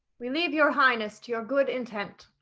we leave your highness to your good intent.